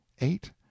eight